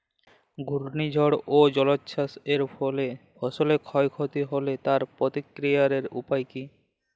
ঘূর্ণিঝড় ও জলোচ্ছ্বাস এর ফলে ফসলের ক্ষয় ক্ষতি হলে তার প্রতিকারের উপায় কী?